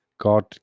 God